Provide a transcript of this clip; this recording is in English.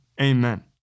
amen